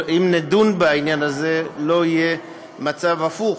אם נדון בעניין הזה, לא יהיה מצב הפוך.